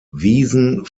wiesen